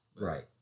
Right